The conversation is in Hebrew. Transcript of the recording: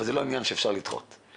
אבל זה לא עניין שאפשר לדחות אותו.